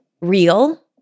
real